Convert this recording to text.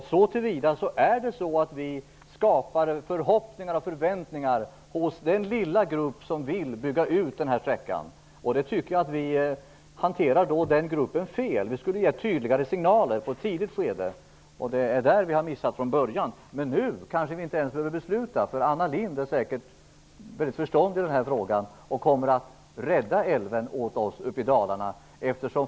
Så till vida skapar vi förhoppningar och förväntningar hos den lilla grupp som vill bygga ut den här sträckan. Jag tycker att vi hanterar den gruppen fel. Vi skulle ge tydligare signaler i ett tidigt skede. På den punkten har vi missat från början. Men nu kanske vi inte ens behöver besluta, för Anna Lindh är säkert mycket förståndig och kommer att rädda älven åt oss uppe i Dalarna.